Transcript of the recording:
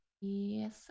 yes